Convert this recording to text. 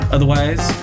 Otherwise